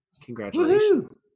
Congratulations